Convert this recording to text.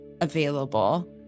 available